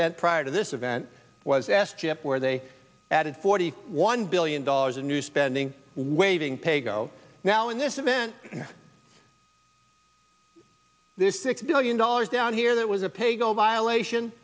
vent prior to this event was asked chip where they added forty one billion dollars in new spending waiving paygo now in this event this six billion dollars down here that was a pay go violation